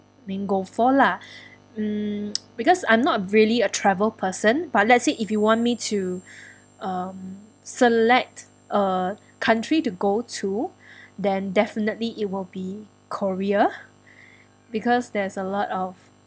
main goal for lah um because I'm not really a travel person but let's say if you want me to um select a country to go to then definitely it will be korea because there's a lot of